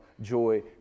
joy